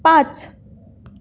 पाच